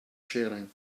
sharing